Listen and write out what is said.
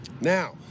Now